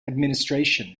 administration